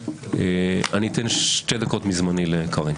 אתן שתי דקות מזמני לקארין